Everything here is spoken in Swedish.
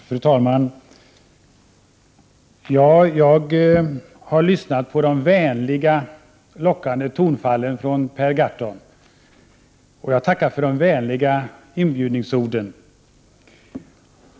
Fru talman! Jag har lyssnat på de ”vänliga”, lockande tonfallen från Per Gahrton. Jag tackar för de vänliga inbjudningsorden.